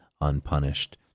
unpunished